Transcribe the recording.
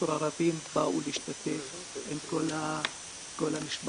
הערבי שבאו להשתתף עם כל המשפחה